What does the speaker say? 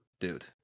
Dude